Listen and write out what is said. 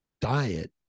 diet